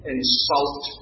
insult